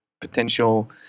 potential